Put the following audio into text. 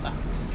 tak